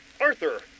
Arthur